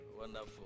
Wonderful